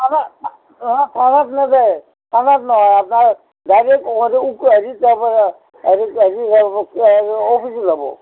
আনক